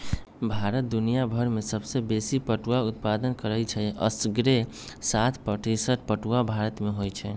भारत दुनियाभर में सबसे बेशी पटुआ उत्पादन करै छइ असग्रे साठ प्रतिशत पटूआ भारत में होइ छइ